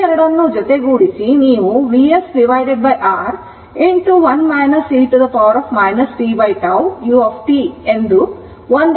ಆದ್ದರಿಂದ ಈ ಎರಡನ್ನು ಜೊತೆಗೂಡಿಸಿ ನೀವು Vs R1 e t t τ u ಎಂದು ಒಂದು ಪದದಲ್ಲಿ ಬರೆಯಬಹುದು